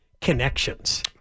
connections